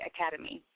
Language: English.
Academy